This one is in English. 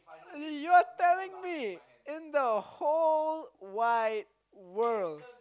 you're telling me in the whole wide world